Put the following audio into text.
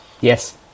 Yes